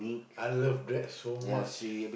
I love Grab so much